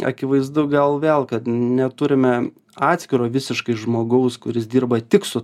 akivaizdu gal vėl kad neturime atskiro visiškai žmogaus kuris dirba tik su